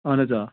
اَہَن حظ آ